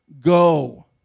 Go